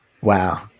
Wow